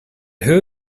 who